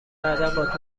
بعدا